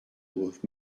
with